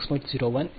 તેથી Iab1 Iab 6